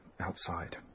Outside